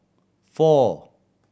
four